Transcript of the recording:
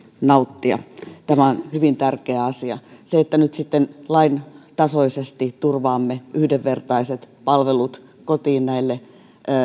nauttia tämä on hyvin tärkeä asia se että nyt sitten lain tasoisesti turvaamme yhdenvertaiset palvelut kotiin näille